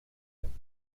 and